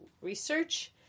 research